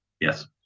Yes